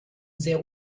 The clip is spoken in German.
sehr